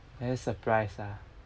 any surprise ah